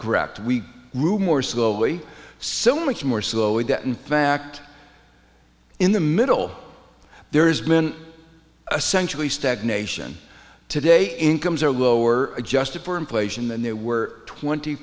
correct we room more slowly so much more slowly that in fact in the middle there's been a centrally stagnation today incomes are lower adjusted for inflation than they were twenty